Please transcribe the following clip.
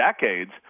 decades